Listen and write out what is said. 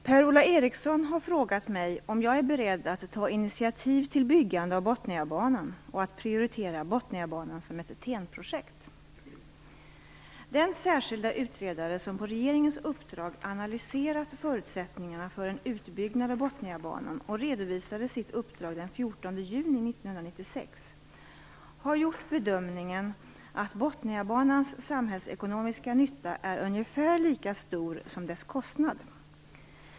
Per-Ola Eriksson har frågat mig om jag är beredd att ta initiativ till byggande av Botniabanan och att prioritera Botniabanan som ett TEN Den särskilda utredare som på regeringens uppdrag analyserat förutsättningarna för en utbyggnad av juni 1996 har gjort bedömningen att Botniabanans samhällsekonomiska nytta är ungefär lika stor som dess kostnad.